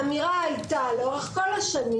האמירה עלתה לאורך כל השנים